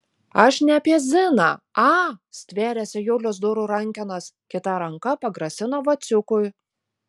aš ne apie ziną a stvėrėsi julius durų rankenos kita ranka pagrasino vaciukui